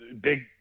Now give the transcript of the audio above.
big